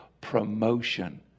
promotion